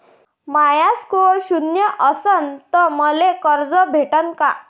माया score शून्य असन तर मले कर्ज भेटन का?